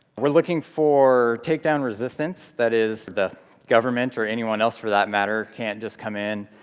we're looking for take-down resistance that is the government, or anyone else for that matter, can't just come in,